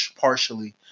partially